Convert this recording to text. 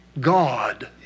God